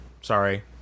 Sorry